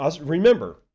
remember